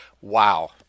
Wow